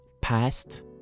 Past